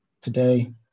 today